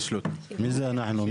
מי זה אנחנו?